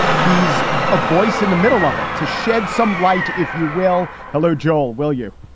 he's a voice in the middle of it. to shed some light, if you will. hello, joel, will you?